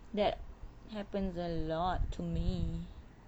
that happens a lot to me